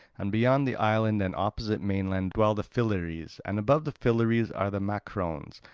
and beyond the island and opposite mainland dwell the philyres and above the philyres are the macrones,